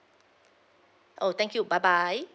oh thank you bye bye